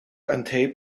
untaped